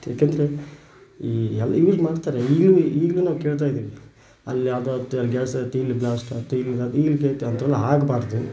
ಯಾಕೆಂದರೆ ಈ ಈಗ ನೋಡ್ತೇನೆ ಈಗಲೂ ಈಗಲೂ ನಾನು ಕೇಳ್ತಾಯಿದ್ದೀನಿ ಅಲ್ಲಿ ಅದಾಯಿತು ಗ್ಯಾಸ್ ಆಯ್ತು ಇಲ್ಲಿ ಬ್ಲಾಸ್ಟ್ ಆಯ್ತು ಇಲ್ಲಿ ಇಲ್ಲಿ ಇದಾಯಿತು ಹಾಗೆ ಆಗಬಾರ್ದು